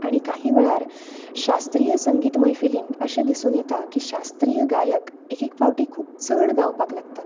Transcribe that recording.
आनी काही वेळार शास्त्रीय संगीत मैफिलीन अशे दिसून येता की शास्त्रीय गायक एक एक फावटी खूब चड गावपाक लागता